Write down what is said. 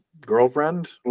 girlfriend